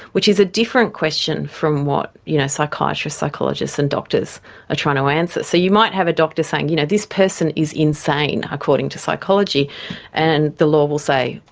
which is a different question from what you know psychiatrists, psychologists and doctors are ah trying to answer. so you might have a doctor saying, you know, this person is insane according to psychology and the law will say,